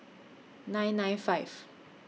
nine nine five